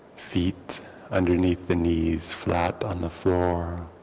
feet underneath the knees, flat on the floor,